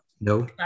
No